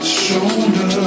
shoulder